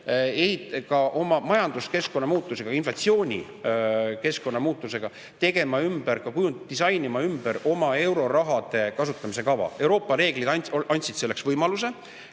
meelest ka oma majanduskeskkonna muutusega, inflatsioonikeskkonna muutusega tegema ja disainima ümber oma eurorahade kasutamise kava. Euroopa reeglid andsid selleks võimaluse.